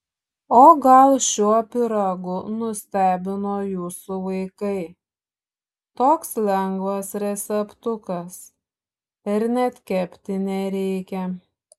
o gal šiuo pyragu nustebino jūsų vaikai toks lengvas receptukas ir net kepti nereikia